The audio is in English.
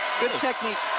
good technique.